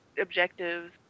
objectives